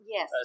Yes